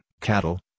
cattle